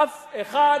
אף אחד